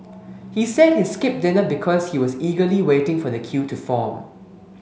he said he skipped dinner because he was eagerly waiting for the queue to form